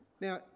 Now